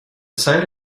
site